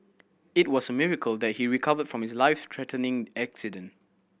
it was miracle that he recovered from his life threatening accident